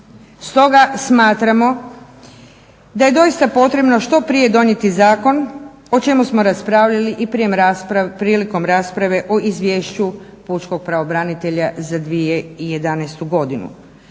Stoga smatramo da je doista potrebno što prije donijeti zakon o čemu smo raspravljali i prilikom rasprave o izvješću pučkog pravobranitelja za 2011. godinu.